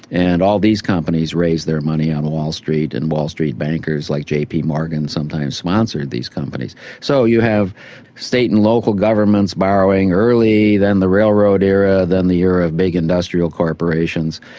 and all these companies raised their money on wall street and wall street bankers like j. p. morgan sometimes sponsored these companies. so you have state and local governments borrowing early then the railroad era, then the era of big industrial corporations,